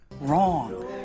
Wrong